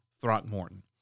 Throckmorton